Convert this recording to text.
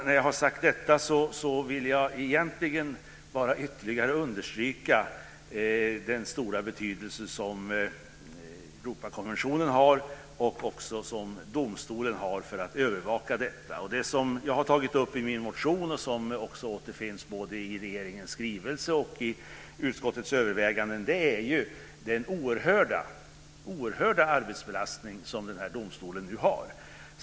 När jag har sagt detta vill jag egentligen bara ytterligare understryka den stora betydelse som Europakonventionen har och den stora betydelse som domstolen har för att övervaka detta. Det som jag har tagit upp i min motion och som också återfinns både i regeringens skrivelse och utskottets överväganden är den oerhörda arbetsbelastning som domstolen nu har.